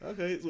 Okay